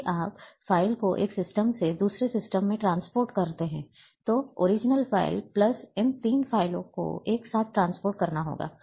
यदि आप फ़ाइल को एक सिस्टम से दूसरे सिस्टम में ट्रांसपोर्ट करते हैं तो ओरिजिनल फाइल प्लस इन 3 फाइलों को एक साथ ट्रांसपोर्ट करना होगा